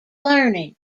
learning